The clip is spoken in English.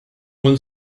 one